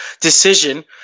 decision